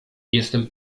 jestem